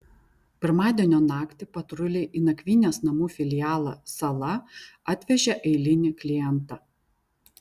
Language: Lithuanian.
pirmadienio naktį patruliai į nakvynės namų filialą sala atvežė eilinį klientą